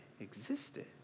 existed